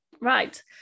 right